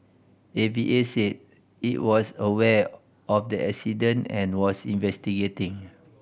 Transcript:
A V A said it was aware of the incident and was investigating